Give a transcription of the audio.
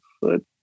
foot